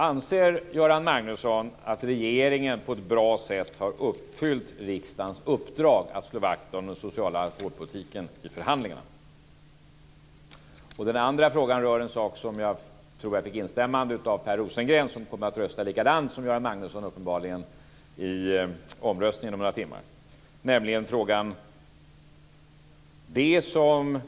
Anser Göran Magnusson att regeringen på ett bra sätt har uppfyllt riksdagens uppdrag att slå vakt om den sociala alkoholpolitiken i förhandlingarna? Den andra frågan rör en sak som jag tror att jag fick ett instämmande i av Per Rosengren, som uppenbarligen kommer att rösta likadant som Göran Magnusson i omröstningen om några timmar.